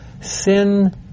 Sin